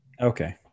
okay